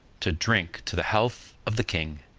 to drink to the health of the king.